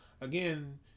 Again